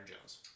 Jones